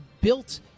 built